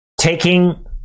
Taking